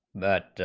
that,